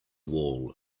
wall